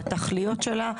בתכליות שלה,